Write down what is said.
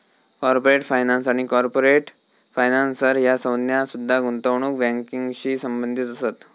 corporate finance आणि corporate financer ह्या संज्ञा सुद्धा गुंतवणूक बँकिंगशी संबंधित असत